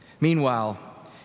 Meanwhile